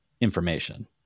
information